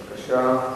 בבקשה.